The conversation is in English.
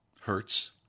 hurts